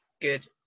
good